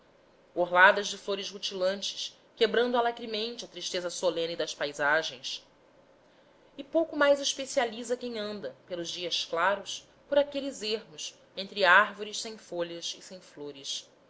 alimentam orladas de flores rutilantes quebrando alacremente a tristeza solene das paisagens e pouco mais especializa quem anda pelos dias claros por aqueles ermos entre árvores sem folhas e sem flores